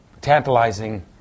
tantalizing